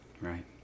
Right